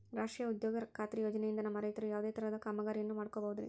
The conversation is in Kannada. ರಾಷ್ಟ್ರೇಯ ಉದ್ಯೋಗ ಖಾತ್ರಿ ಯೋಜನೆಯಿಂದ ನಮ್ಮ ರೈತರು ಯಾವುದೇ ತರಹದ ಕಾಮಗಾರಿಯನ್ನು ಮಾಡ್ಕೋಬಹುದ್ರಿ?